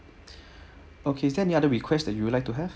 okay is there any other requests that you would like to have